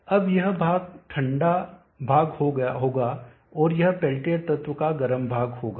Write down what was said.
अब यह भाग ठंडा भाग होगा और यह पेल्टियर तत्व का गर्म भाग होगा